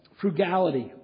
frugality